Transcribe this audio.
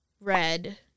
red